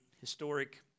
historic